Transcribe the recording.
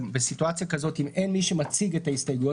בסיטואציה כזאת אם אין מי שמציג את ההסתייגויות,